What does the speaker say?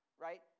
right